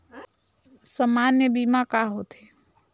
सामान्य बीमा का होथे?